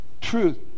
truth